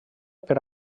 per